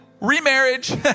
remarriage